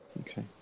Okay